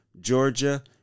Georgia